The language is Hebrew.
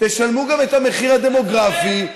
תשלמו גם את המחיר הדמוגרפי,